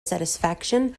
satisfaction